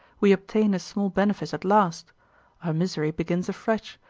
we obtain a small benefice at last our misery begins afresh,